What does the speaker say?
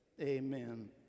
amen